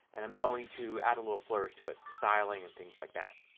and i'm going to add a little flourish to it. some styling and things like that.